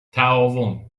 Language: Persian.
تعاون